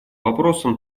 вопросам